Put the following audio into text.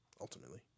ultimately